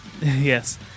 Yes